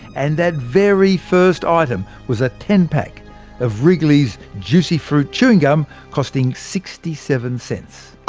and that very first item was a ten-pack of wrigley's juicy fruit chewing gum, costing sixty seven cents.